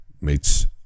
meets